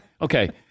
Okay